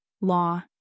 Law